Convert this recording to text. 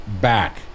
back